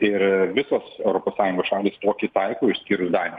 ir visos europos sąjungos šalys tokį taiko išskyrus daniją